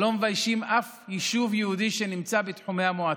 שלא מביישים אף יישוב יהודי שנמצא בתחומי המועצה.